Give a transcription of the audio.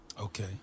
Okay